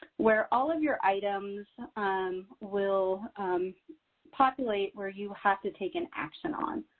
where all of your items um will populate where you have to take an action on.